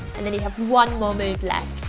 and then you have one more move left.